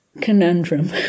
conundrum